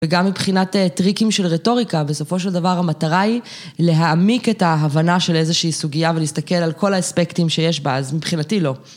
וגם מבחינת טריקים של רטוריקה, בסופו של דבר, המטרה היא להעמיק את ההבנה של איזושהי סוגיה ולהסתכל על כל האספקטים שיש בה, אז מבחינתי לא.